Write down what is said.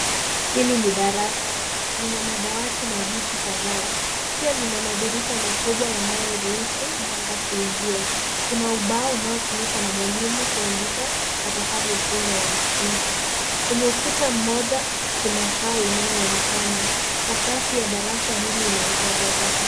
Hili ni darasa. Lina madawati na viti kadhaa. Pia lina madirisha makubwa yanayoruhusu mwanga kuingia. Kuna ubao unaotumika na mwalimu kuandika atakavyofunza wanafunzi. Kwenye ukuta mmoja, kuna saa inayoonekana. Sakafu ya darasa hili inaonekana kuwa chafu.